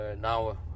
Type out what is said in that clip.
now